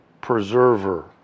preserver